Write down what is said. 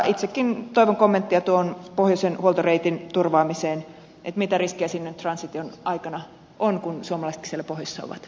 itsekin toivon kommenttia pohjoisen huoltoreitin turvaamiseen mitä riskejä siinä transition aikana on kun suomalaisetkin siellä pohjoisessa ovat